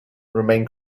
remain